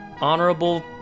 Honorable